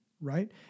Right